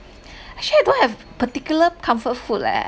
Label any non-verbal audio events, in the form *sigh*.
*breath* actually I don't have particular comfort food leh